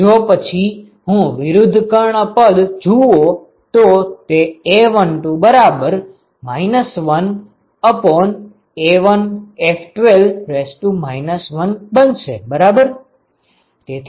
અને જો પછી હું વિરૃદ્ધ કર્ણ પદ જુઓ તો તે a12 1A1F12 1 બનશે બરાબર